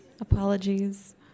APOLOGIES